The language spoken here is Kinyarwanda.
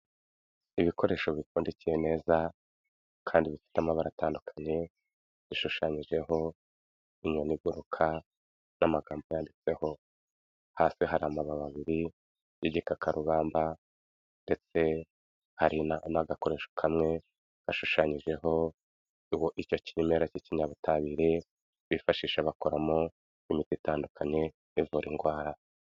Ibikoresho bipfundikiye neza, kandi bifite amabara atandukanye, bishushanyijeho inyoni iguruka, n'amagambo yanditsweho. Hasi hari amababi abiri, y'igikakarubamba, ndetse hari n'agakoresho kamwe, gashushanyijeho, icyo kimera k'ikinyabutabire, bifashisha bakoramo, imiti itandukanye, ivura indwara.